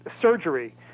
surgery